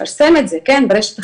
ומפרסם את זה ברשת החברתית: